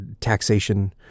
taxation